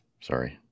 sorry